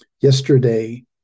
Yesterday